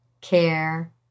care